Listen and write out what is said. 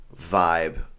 vibe